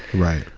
right.